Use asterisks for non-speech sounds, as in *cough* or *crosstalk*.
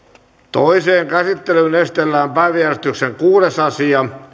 toiseen käsittelyyn esitellään päiväjärjestyksen kuudes asia *unintelligible*